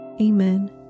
Amen